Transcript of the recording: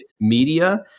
media